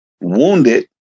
wounded